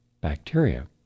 bacteria